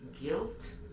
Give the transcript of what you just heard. guilt